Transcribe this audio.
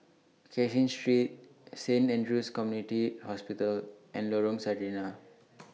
Cashin Street Saint Andrew's Community Hospital and Lorong Sarina